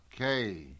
Okay